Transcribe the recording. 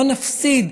לא נפסיד,